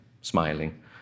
smiling